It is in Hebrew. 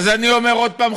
אז אני אומר שוב,